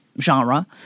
genre